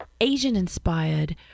Asian-inspired